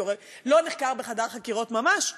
כי הוא הרי לא נחקר בחדר חקירות ממש,